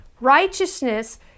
Righteousness